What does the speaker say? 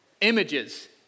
images